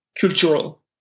cultural